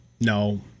No